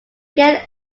again